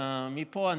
מפה,